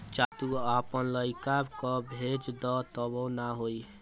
चाहे तू आपन लइका कअ भेज दअ तबो ना होई